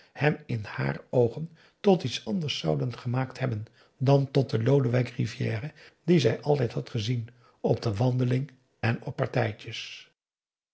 hem in haar oogen tot iets anders zouden gemaakt hebben dan tot den lodewijk rivière dien zij altijd had gezien op de wandeling en op partijtjes